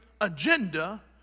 agenda